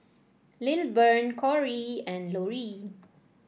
Lilburn Corrie and Laurene